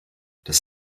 das